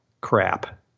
crap